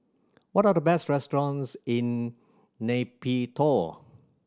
what are the best restaurants in Nay Pyi Taw